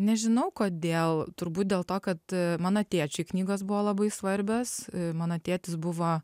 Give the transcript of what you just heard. nežinau kodėl turbūt dėl to kad mano tėčio knygos buvo labai svarbios mano tėtis buvo